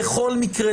בכל מקרה,